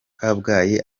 kabgayi